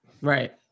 Right